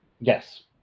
Yes